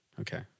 Okay